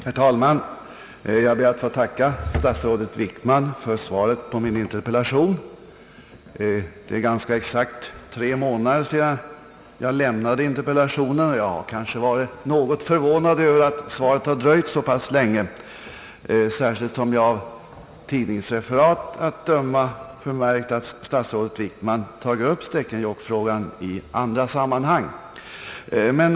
Herr talman! Jag ber att få tacka statsrådet Wickman för svaret på min interpellation. Det är ganska exakt tre månader sedan jag framställde interpellationen, och jag har nog varit något förvånad över att svaret har dröjt så pass länge, särskilt som jag av tidningsreferat att döma förmärkt att statsrådet Wickman tagit upp stekenjokkfrågan i andra sammanhang.